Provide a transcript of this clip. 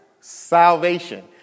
salvation